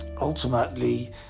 ultimately